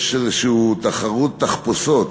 יש איזושהי תחרות תחפושות,